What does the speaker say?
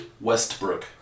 Westbrook